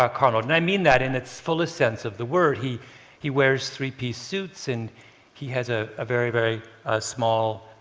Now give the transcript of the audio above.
ah carl. and i mean that in its fullest sense of the word. he he wears three-piece suits and he has a ah very, very small,